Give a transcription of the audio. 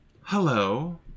Hello